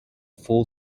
full